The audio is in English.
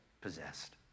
possessed